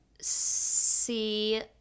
see